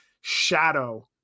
shadow